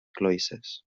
cloïsses